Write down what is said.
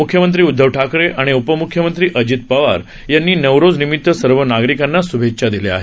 मुख्यमंत्री उद्धव ठाकरे आणि उपमुख्यमंत्री अजित पवार यांनी नवरोज निमित सर्व नागरिकांना शुभेच्छा दिल्या आहेत